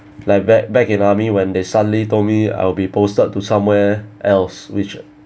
like back back in army when they suddenly told me I will be posted to somewhere else which